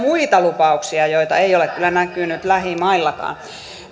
muita lupauksia joita ei ole kyllä näkynyt lähimaillakaan